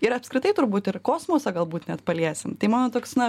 ir apskritai turbūt ir kosmosą galbūt net paliesim tai mano toks na